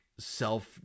self